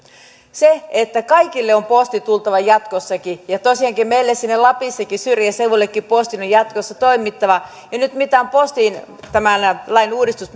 kaikille on postin tultava jatkossakin ja tosiaankin meille sinne lappiin syrjäseuduillekin postin on jatkossa toimittava ja nyt kun postin lain uudistus